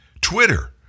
Twitter